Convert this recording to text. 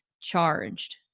Charged